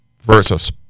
versus